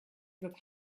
that